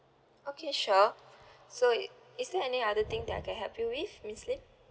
okay sure so is there any other thing that I can help you with miss lim